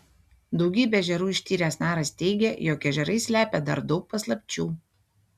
daugybę ežerų ištyręs naras teigia jog ežerai slepia dar daug paslapčių